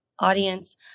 Audience